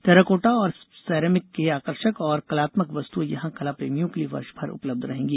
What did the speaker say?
terracotta और ceramic के आकर्षक और कलात्मक वस्तुएँ यहाँ कला प्रेमियों के लिए वर्ष भर उपलब्ध रहेंगी